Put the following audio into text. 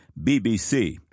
BBC